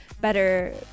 better